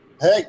Hey